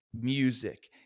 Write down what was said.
music